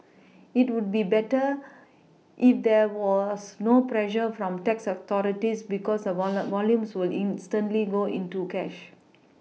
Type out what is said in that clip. it would be better if there was no pressure from tax authorities because a volumes will instantly go into cash